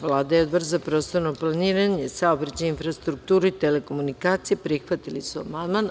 Vlada i Odbor za prostorno planiranje, saobraćaj, infrastrukturu i telekomunikacije prihvatili su amandman.